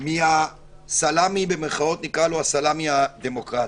מ"הסלמי" הדמוקרטי.